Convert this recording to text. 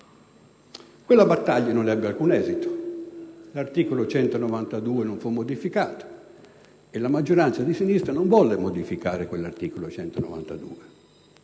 Quella battaglia non ebbe alcun esito, l'articolo 192 non fu modificato e la maggioranza di sinistra non volle cambiarlo.